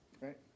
Right